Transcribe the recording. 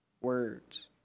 words